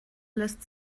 lässt